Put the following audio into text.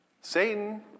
Satan